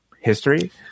history